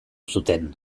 zuten